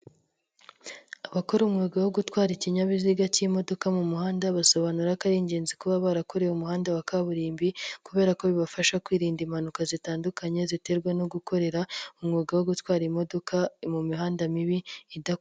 Abakora umwuga wo gutwara ikinyabiziga cy'imodoka mu muhanda, basobanura ko ari ingenzi kuba barakorewe umuhanda wa kaburimbo, kubera ko bibafasha kwirinda impanuka zitandukanye ziterwa no gukorera umwuga wo gutwara imodoka mu mihanda mibi idakoze.